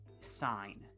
sign